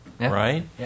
right